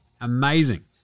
Amazing